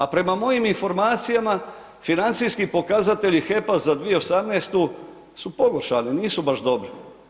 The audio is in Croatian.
A prema mojim informacijama financijski pokazatelji HEP-a za 2018. su pogoršani, nisu baš dobri.